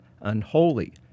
unholy